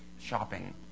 shopping